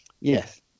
yes